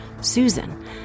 Susan